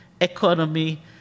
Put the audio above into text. economy